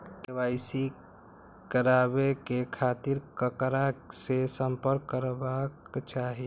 KYC कराबे के खातिर ककरा से संपर्क करबाक चाही?